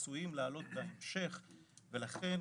שעשויים לעלות בהמשך ולכן,